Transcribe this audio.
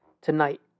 tonight